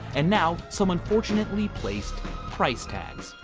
and now, some unfortunately placed price tags.